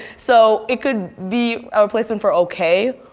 so it could be a replacement for okay,